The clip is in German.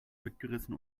mitgerissen